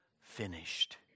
finished